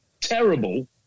terrible